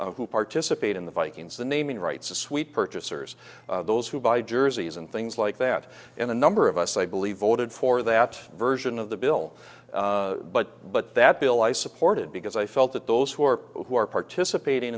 vikings who participate in the vikings the naming rights the sweet purchasers those who buy jerseys and things like that and a number of us i believe voted for that version of the bill but but that bill i supported because i felt that those who are who are participating